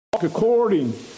according